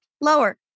Lower